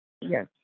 Yes